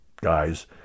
guys